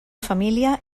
família